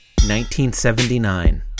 1979